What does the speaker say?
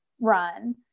run